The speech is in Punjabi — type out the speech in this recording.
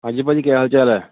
ਹਾਂਜੀ ਭਾਜੀ ਕਿਆ ਹਾਲ ਚਾਲ ਹੈ